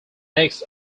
next